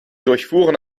durchfuhren